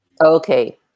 Okay